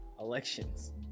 elections